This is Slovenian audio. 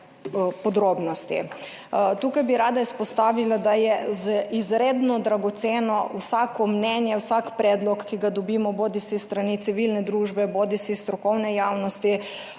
Tukaj bi rada izpostavila, da je izredno dragoceno vsako mnenje, vsak predlog, ki ga dobimo bodisi s strani civilne družbe bodisi strokovne javnosti,